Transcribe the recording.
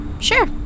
Sure